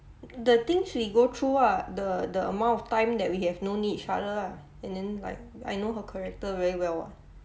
the things we go through ah the the amount of time that we have known each other ah and then like I know her character very well ah